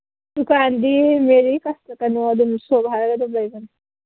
ꯗꯨꯀꯥꯟꯗ ꯃꯦꯔꯤ ꯀꯩꯅꯣ ꯁꯣꯞ ꯍꯥꯏꯔ ꯑꯗꯨꯝ ꯂꯩꯕꯅꯤ